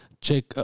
check